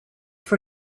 voor